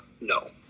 no